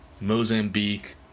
Mozambique